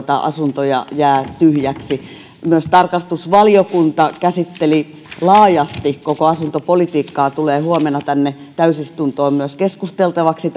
asuntoja jää tyhjiksi myös tarkastusvaliokunta käsitteli laajasti koko asuntopolitiikkaa tämä tärkeä paperi tulee huomenna myös tänne täysistuntoon keskusteltavaksi